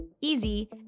easy